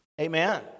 Amen